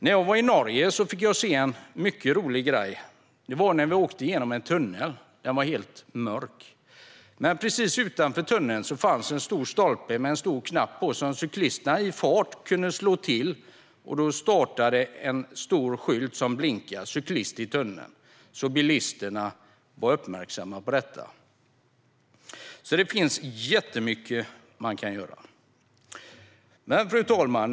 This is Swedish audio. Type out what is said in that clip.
När jag var i Norge fick jag se en mycket rolig grej när vi åkte genom en tunnel. Tunneln var helt mörk, men precis utanför fanns en hög stolpe med en stor knapp på som cyklisterna kunde slå till i farten. Då började en stor skylt blinka för att uppmärksamma bilisterna på cyklister i tunneln. Det finns jättemycket man kan göra. Fru talman!